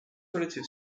relative